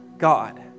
God